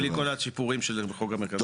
בלי כל השיפורים שחוק מהרכז לגביית קנסות.